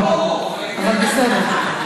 לא, אבל בסדר.